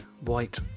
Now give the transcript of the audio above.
white